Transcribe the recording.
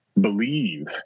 believe